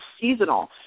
seasonal